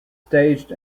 staged